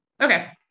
okay